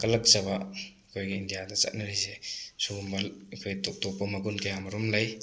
ꯀꯜꯀꯜꯆꯕ ꯑꯩꯈꯣꯏꯒꯤ ꯏꯟꯗꯤꯌꯥꯗ ꯆꯠꯅꯔꯤꯁꯦ ꯁꯤꯒꯨꯝꯕ ꯑꯩꯈꯣꯏꯒꯤ ꯇꯣꯞ ꯇꯣꯞꯄ ꯃꯒꯨꯟ ꯀꯌꯥ ꯃꯔꯨꯝ ꯂꯩ